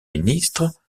ministre